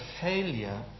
failure